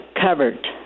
covered